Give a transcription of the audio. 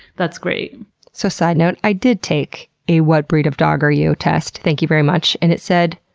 that's great so, side note, i did take a what breed of dog are you? test, thank you very much, and it said.